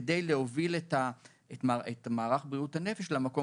כדי להוביל את מערך בריאות הנפש למקום